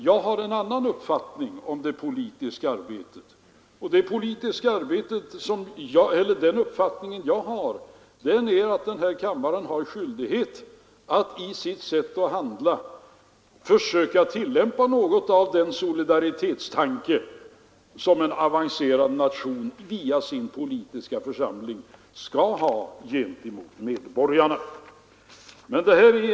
Jag har en annan uppfattning om det politiska arbetet, nämligen att kammaren har skyldighet att i sitt sätt att handla tillämpa en solidaritetstanke. Det är något som den politiska församlingen i en avancerad nation är skyldig sina medborgare.